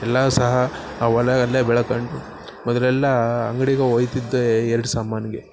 ಎಲ್ಲ ಸಹ ಆ ಹೊಲ ಅಲ್ಲೇ ಬೆಳ್ಕೊಂಡು ಮೊದಲೆಲ್ಲಾ ಅಂಗ್ಡಿಗೆ ಒಯ್ತಿದ್ದೆ ಎರಡು ಸಾಮಾನಿಗೆ